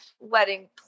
Wedding